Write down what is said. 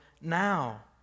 now